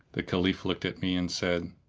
the caliph looked at me and said,